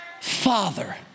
father